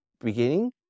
beginning